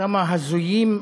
כמה הזויים,